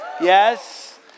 Yes